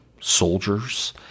soldiers